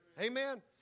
Amen